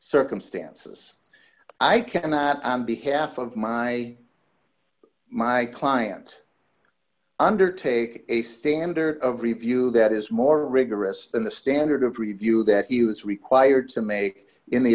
circumstances i cannot on behalf of my my client undertake a standard of review that is more rigorous than the standard of review that he was required to make in the